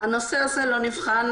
הנושא הזה לא נבחן,